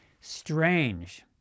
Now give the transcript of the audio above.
Strange